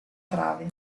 trave